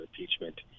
impeachment